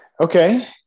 Okay